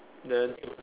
then